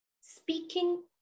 speaking